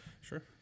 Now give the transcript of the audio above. Sure